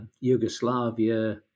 Yugoslavia